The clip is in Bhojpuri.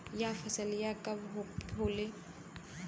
यह फसलिया कब होले?